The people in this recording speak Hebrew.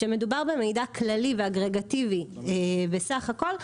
שמדובר במידע כללי ואגרגטיבי וסך הכול,